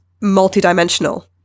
multi-dimensional